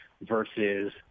versus